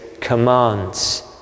commands